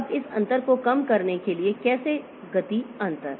अब इस अंतर को कम करने के लिए कैसे गति अंतर